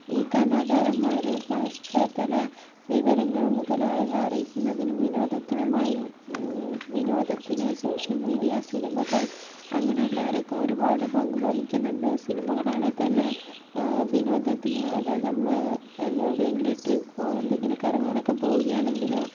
ഈ കലാകാരന്മാര് പാശ്ചാത്തല വിവരങ്ങൾ മുതലായവ അറിയിക്കുന്നതിനും വിനോദത്തിനുമായി വിനോദത്തിന് സോഷ്യൽ മീഡിയ സിനിമകൾ അങ്ങനെയുള്ളവരൊക്കെ ഒരുപാട് പങ്ക് വഹിക്കുന്നുണ്ട് സിനിമകളാണെ തന്നെ വിനോദത്തിന് അതായത് നമ്മള് എവിടെയെങ്കിലും ട്രിപ്പോ എന്തെങ്കിലു കറങ്ങാനൊക്കെ പോകുകയാണെങ്കിലോ